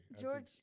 George